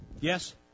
Yes